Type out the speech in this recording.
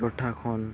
ᱴᱚᱴᱷᱟ ᱠᱷᱚᱱ